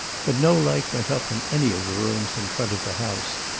but no light went up in any of the rooms in front of the house.